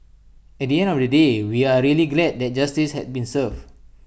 at the end of the day we are really glad that justice had been served